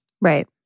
Right